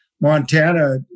montana